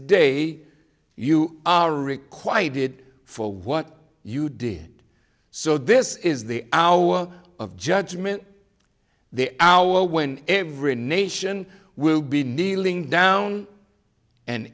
day you are required it for what you did so this is the hour of judgment the hour when every nation will be kneeling down and